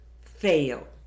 fail